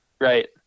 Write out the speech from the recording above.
right